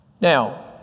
Now